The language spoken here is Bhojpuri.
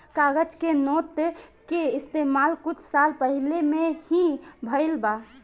कागज के नोट के इस्तमाल कुछ साल पहिले में ही भईल बा